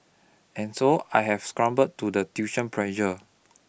and so I have succumbed to the tuition pressure